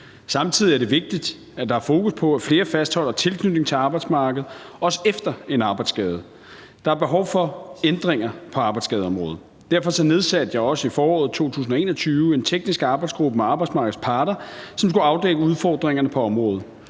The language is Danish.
Samtidig er det vigtigt, at der er fokus på, at flere fastholder tilknytningen til arbejdsmarkedet også efter en arbejdsskade. Der er behov for ændringer på arbejdsskadeområdet. Derfor nedsatte jeg også i foråret 2021 en teknisk arbejdsgruppe med arbejdsmarkedets parter, som skulle afdække udfordringerne på området.